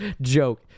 joke